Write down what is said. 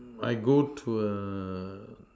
I go to a